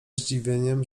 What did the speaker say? zdziwieniem